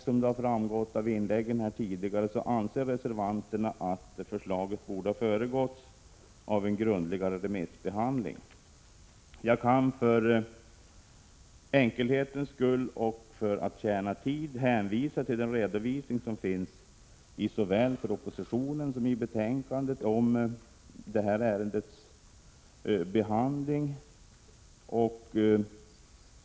Som framgått av de tidigare inläggen anser reservanterna att förslaget borde ha föregåtts av en grundligare remissbehandling. Jag kan för enkelhetens skull och för att tjäna tid hänvisa till den redovisning som finns i såväl propositionen som betänkandet om ärendets behandling.